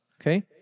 okay